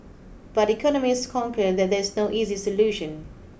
but economists concur that there is no easy solution